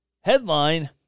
Headline